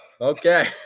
Okay